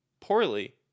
poorly